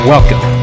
Welcome